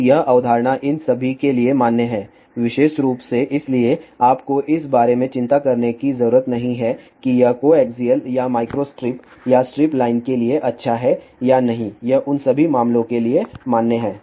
तो यह अवधारणा इन सभी के लिए मान्य है विशेष रूप से इसलिए आपको इस बारे में चिंता करने की ज़रूरत नहीं है कि यह कोएक्सिअल या माइक्रोस्ट्रिप या स्ट्रिप लाइन के लिए अच्छा है या नहीं यह उन सभी मामलों के लिए मान्य है